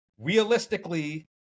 realistically